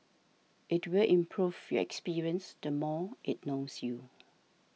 it will improve your experience the more it knows you